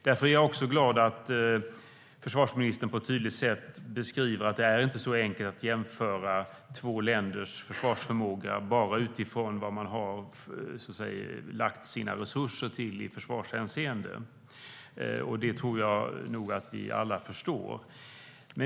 Därför är jag glad över att försvarsministern på ett tydligt sätt beskriver att det inte är så enkelt att jämföra två länders försvarsförmåga bara utifrån vad man har lagt sina försvarsresurser på, och det tror jag att vi alla förstår.